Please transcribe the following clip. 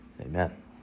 Amen